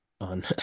on